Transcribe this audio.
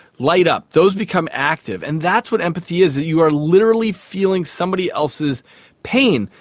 light up. those become active. and that's what empathy is. you are literally feeling somebody else's pain.